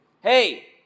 Hey